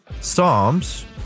Psalms